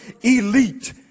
elite